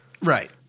Right